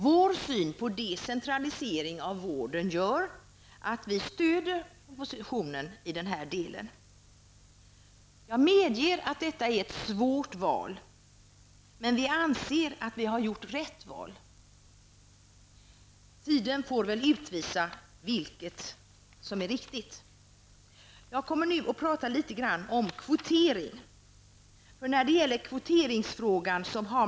Vår syn på decentralisering av vården medför att vi stöder propositionen i den här delen. Jag medger att detta är ett svårt val, men vi anser att vi har gjort rätt val. Tiden får väl utvisa vad som är riktigt. Jag avser nu att tala litet om kvotering.